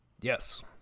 Yes